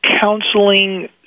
counseling